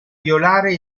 violare